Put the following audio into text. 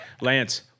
Lance